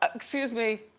um excuse me,